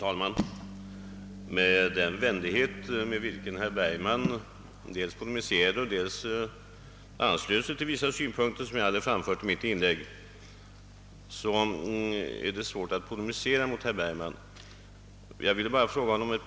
Herr talman! Den vänlighet med vilken herr Bergman dels polemiserade mot mig, dels anslöt sig till vissa synpunkter som jag hade framfört i mitt inlägg gör det svårt för mig att argumentera mot honom. Jag vill endast ställa ett par frågor.